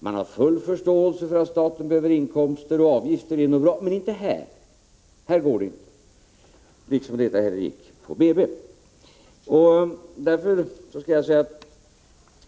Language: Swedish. Man har full förståelse för att staten behöver inkomster, och avgifter är nog bra men inte här. Här går det inte, liksom det inte heller gick på BB.